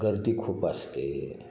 गर्दी खूप असते